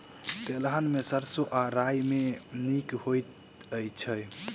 तेलहन मे सैरसो आ राई मे केँ नीक होइ छै?